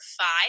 five